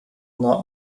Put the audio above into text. nuo